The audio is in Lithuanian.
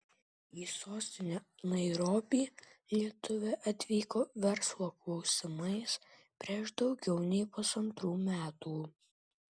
į sostinę nairobį lietuvė atvyko verslo klausimais prieš daugiau nei pusantrų metų